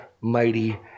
mighty